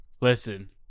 Listen